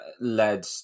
led